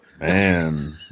Man